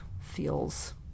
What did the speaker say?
feels